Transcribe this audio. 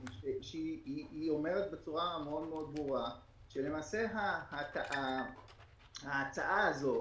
והיא אומרת בצורה מאוד מאוד ברורה שלמעשה ההצעה הזו,